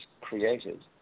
created